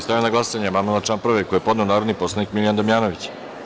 Stavljam na glasanje amandman na član 1. koji je podneo narodni poslanik Miljan Damjanović.